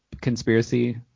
conspiracy